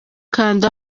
kanda